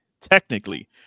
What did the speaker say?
technically